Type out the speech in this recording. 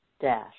dash